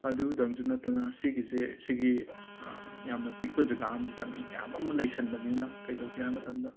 ꯑꯗꯨꯗꯪꯁꯨ ꯅꯠꯇꯅ ꯁꯤꯒꯤꯁꯦ ꯁꯤꯒꯤ ꯌꯥꯝꯅ ꯄꯤꯛꯄ ꯖꯒꯥ ꯑꯃꯁꯤꯗ ꯃꯤ ꯃꯌꯥꯝ ꯑꯃ ꯂꯩꯁꯤꯟꯕꯅꯤꯅ ꯀꯩꯗꯧꯒꯦ ꯍꯥꯏꯕ ꯃꯇꯝꯗ